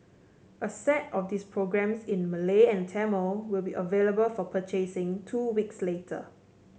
a set of these programmes in Malay and Tamil will be available for purchasing two weeks later